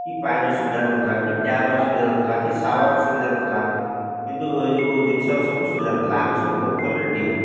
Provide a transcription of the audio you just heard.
କି ପାଣିର ସୁବିଧା ନଥିଲା କି ଟ୍ୟାପ୍ର ସୁବିଧା ନଥିଲା କି ସାୱାର୍ର ସୁବିଧା ନଥିଲା କିନ୍ତୁ ଏହି ଯେଉଁ ଜିନିଷ ସବୁ ସୁବିଧା ନଥିଲା ଆମେ ସବୁ ପୋଖରୀରେ ଡେଉଁ